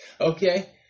Okay